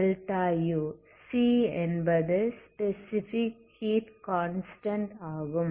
cஎன்பது specific heat constant ஆகும்